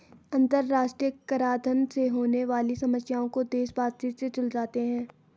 अंतरराष्ट्रीय कराधान से होने वाली समस्याओं को देश बातचीत से सुलझाते हैं